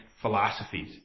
philosophies